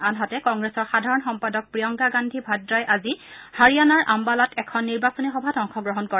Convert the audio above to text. আনহাতে কংগ্ৰেছৰ সাধাৰণ সম্পাদক প্ৰিয়ংকা গান্ধী ভাদ্ৰাই আজি হাৰিয়াণাৰ আম্বালাত এখন নিৰ্বাচনী সভাত অংশগ্ৰহণ কৰে